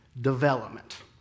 development